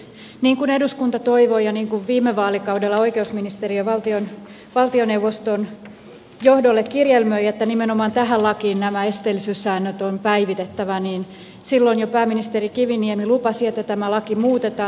niin kuin eduskunta toivoi ja niin kuin viime vaalikaudella oikeusministeriö valtioneuvoston johdolle kirjelmöi että nimenomaan tähän lakiin nämä esteellisyyssäännöt on päivitettävä niin silloin jo pääministeri kiviniemi lupasi että tämä laki muutetaan